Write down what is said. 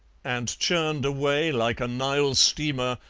and churned away like a nile steamer,